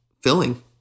filling